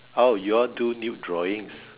oh you all do nude drawings